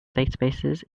databases